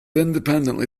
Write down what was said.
independently